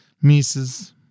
Mises